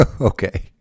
Okay